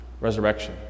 resurrection